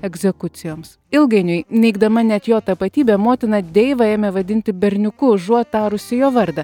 egzekucijoms ilgainiui neigdama net jo tapatybę motina deivą ėmė vadinti berniuku užuot tarusi jo vardą